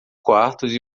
quartos